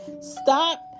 Stop